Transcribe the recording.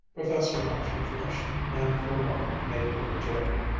professor marshall flushed, and for a moment made no rejoinder.